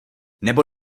nebo